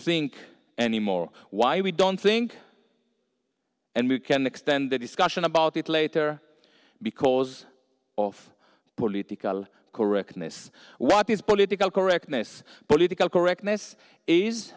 think anymore why we don't think and we can extend the discussion about it later because of political correctness what is political correctness political correctness is